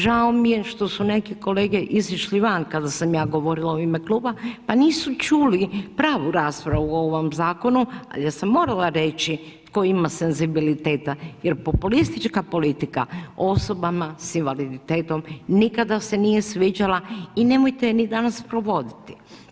Žao mi je šta su neki kolege izišli van kada sam ja govorila u ime kluba pa nisu čuli pravu raspravu u ovom zakonu ali ja sam morala reći tko ima senzibiliteta jer populistička politika osobama sa invaliditetom nikada se nije sviđala i nemojte ni danas provoditi.